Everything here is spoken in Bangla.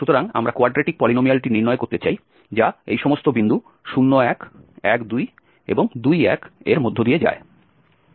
সুতরাং আমরা কোয়াড্রেটিক পলিনোমিয়ালটি নির্ণয় করতে চাই যা এই সমস্ত বিন্দু 0 1 1 2 এবং 2 1 এর মধ্য দিয়ে যায়